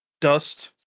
dust